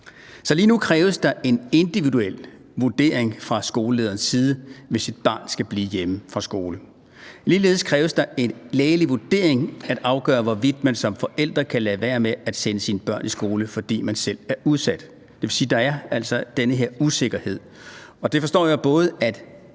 Så lige nu kræves der en individuel vurdering fra skolelederens side, hvis et barn skal blive hjemme fra skole. Ligeledes kræves der en lægelig vurdering i forhold til at afgøre, hvorvidt man som forældre kan lade være med at sende sine børn i skole, fordi man selv er udsat. Det vil sige, at der altså er den her usikkerhed, som jeg forstår at både